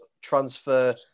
transfer